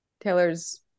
Taylor's